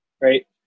right